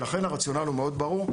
לכן הרציונל הוא מאוד ברור.